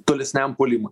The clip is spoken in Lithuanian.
tolesniam puolimui